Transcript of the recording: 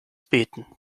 beten